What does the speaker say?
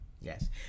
yes